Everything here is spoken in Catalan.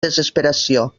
desesperació